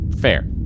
fair